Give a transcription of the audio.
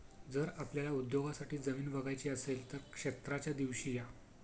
जर आपल्याला उद्योगासाठी जमीन बघायची असेल तर क्षेत्राच्या दिवशी या